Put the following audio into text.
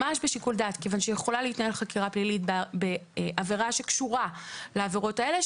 יכולה להתנהל חקירה פלילית בעבירה שקשורה לעבירות האלה,